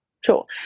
Sure